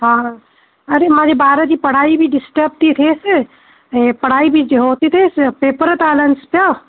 हा अड़े मुंहिंजे ॿार जी पढ़ाई बि डिस्टब थी थिएसि ऐं पढ़ाई बि उह थी थिएसि पेपर था हलनिसि पिया